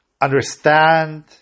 understand